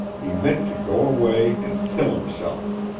he meant to go away and kill himself.